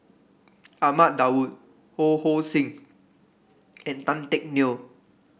Ahmad Daud Ho Hong Sing and Tan Teck Neo